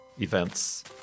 events